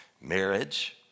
marriage